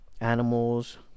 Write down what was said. animals